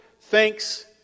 thanks